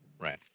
Right